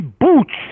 boots